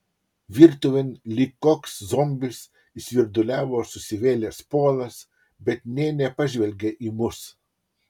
virtuvėn lyg koks zombis įsvirduliavo susivėlęs polas bet nė nepažvelgė į mus